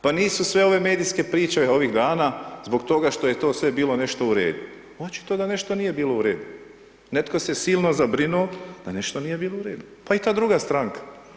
Pa nisu sve ove medijske priče ovih dana, zbog toga što je to sve bilo nešto u redu, očito da nešto nije bilo u redu, netko se silno zabrinuo da nešto nije bilo u redu, pa i ta druga stranka.